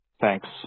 Thanks